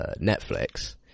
Netflix